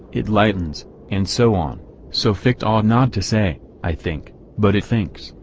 it lightens and so on so fichte ought not to say, i think but, it thinks,